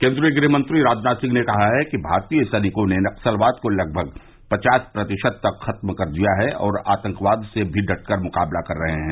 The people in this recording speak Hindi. केन्द्रीय गृहमंत्री राजनाथ सिंह ने कहा है कि भारतीय सैनिकों ने नक्सलवाद को लगभग पचास प्रतिशत तक खत्म कर दिया है और आतंकवाद से भी डट कर मुकाबला कर रहे हैं